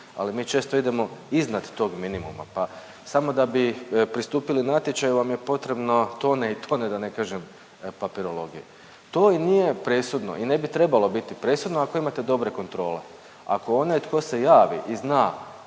ali mi često idemo iznad tog minimuma pa samo da bi pristupili natječaju vam je potrebno tone i tone, da ne kažem papirologije. To i nije presudno i ne bi trebalo biti presudno ako imate dobre kontrole, ako onaj tko se javi i zna